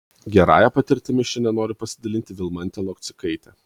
gerąja patirtimi šiandien nori pasidalinti vilmantė lokcikaitė